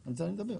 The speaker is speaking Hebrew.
- על זה אני מדבר.